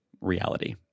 reality